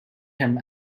him